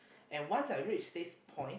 and once I reach this point